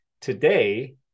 today